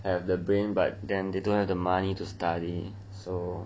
they have the brain right but then they don't have the money to study so